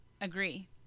Agree